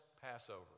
Passover